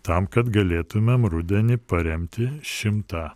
tam kad galėtumėm rudenį paremti šimtą